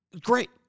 great